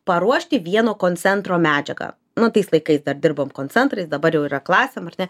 paruošti vieno koncentro medžiagą nu tais laikais dar dirbom koncentrais dabar jau yra klasėm ar ne